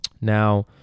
now